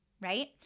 Right